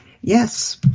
Yes